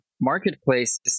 marketplaces